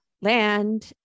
land